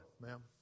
ma'am